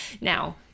now